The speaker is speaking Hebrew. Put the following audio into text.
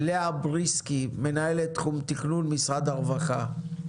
לאה בריסקין, מנהלת תחום תכנון במשרד הרווחה.